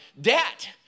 debt